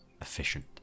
efficient